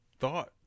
Thought